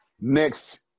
Next